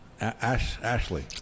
Ashley